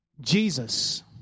Jesus